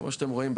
כמו שאתם רואים,